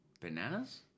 bananas